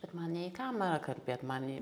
bet man ne į kamerą kalbėt man į